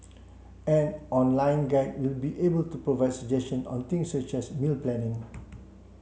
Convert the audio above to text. an online guide will be available to provide suggestions on things such as meal planning